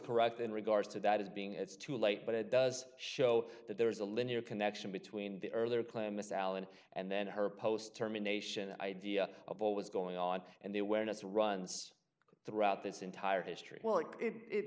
correct in regards to that is being it's too late but it does show that there is a linear connection between the earlier claim miss allen and then her post terminations idea of what was going on and the awareness runs throughout this entire history well it